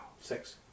Six